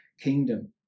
kingdom